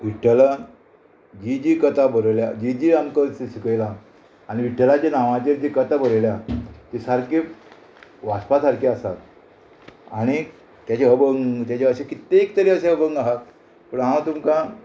विठ्ठलान जी जी कथा बरयल्या जी जी आमकां शिकयला आनी विठ्ठलाचे नांवाचेर जी कथा बरयल्या ती सारकी वाचपा सारकी आसात आणीक तेजे अभंग तेजे अशे कित्येक तरी अशे अभंग आहात पूण हांव तुमकां